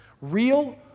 Real